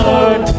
Lord